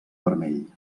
vermell